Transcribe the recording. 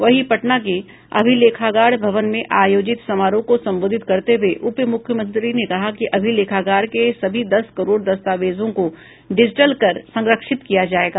वहीं पटना के अभिलेखागार भवन में आयोजित समारोह को संबोधित करते हुए उपमुख्यमंत्री ने कहा कि अभिलेखागार के सभी दस करोड़ दस्तावेजों को डिजिटल कर संरक्षित किया जाएगा